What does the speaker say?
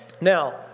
Now